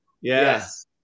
Yes